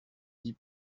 dix